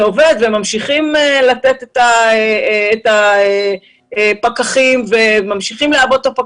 זה עובד והם ממשיכים לתת את הפקחים וממשיכים לעבות אותם.